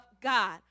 God